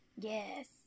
yes